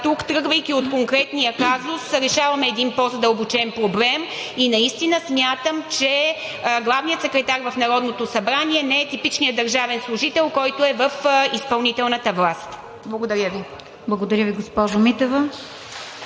тук, тръгвайки от конкретния казус, решаваме един по-задълбочен проблем. Наистина смятам, че главният секретар в Народното събрание не е типичният държавен служител, който е в изпълнителната власт. Благодаря Ви. (Ръкопляскания